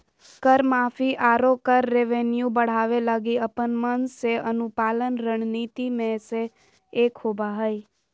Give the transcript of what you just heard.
कर माफी, आरो कर रेवेन्यू बढ़ावे लगी अपन मन से अनुपालन रणनीति मे से एक होबा हय